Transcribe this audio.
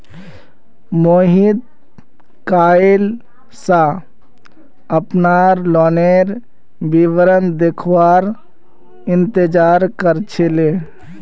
मोहित कइल स अपनार लोनेर विवरण देखवार इंतजार कर छिले